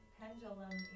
pendulum